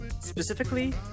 Specifically